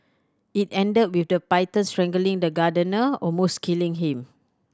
it ended with the python strangling the gardener almost killing him